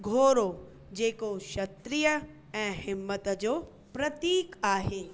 घोड़ो जेको क्षत्रिय ऐं हिम्मत जो प्रतीक आहे